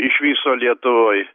iš viso lietuvoj